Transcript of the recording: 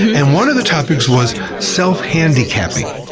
and one of the topics was self handicapping.